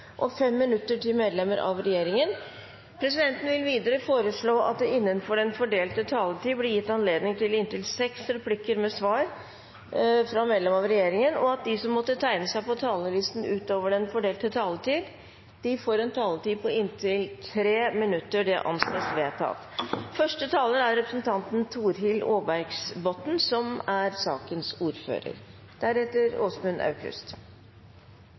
og 5 minutter til medlemmer av regjeringen. Videre vil presidenten foreslå at det – innenfor den fordelte taletid – blir gitt anledning til inntil seks replikker med svar etter innlegg fra medlemmer av regjeringen, og at de som måtte tegne seg på talerlisten utover den fordelte taletid, får en taletid på inntil 3 minutter. – Det anses vedtatt.